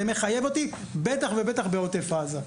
זה מחייב אותי, בטח ובטח בעוטף עזה.